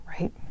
right